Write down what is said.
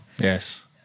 Yes